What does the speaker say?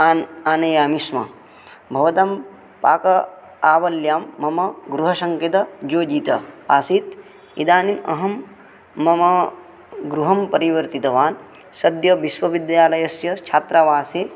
on आनयामि स्म भवतां पाक आवल्यां मम गृहसङ्केतः योजितः आसीत् इदानीम् अहं मम गृहं परिवर्तितवान् सद्यः विश्वविद्यालस्य छात्रावासे